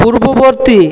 পূর্ববর্তী